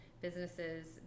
businesses